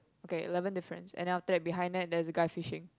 okay eleven difference and then after that behind that there's a guy fishing